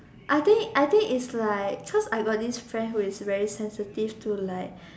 I think I think it's like cause I got this friend who is very sensitive to like